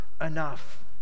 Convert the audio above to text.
enough